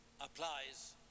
applies